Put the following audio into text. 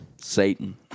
Satan